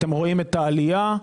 עלייה.